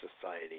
society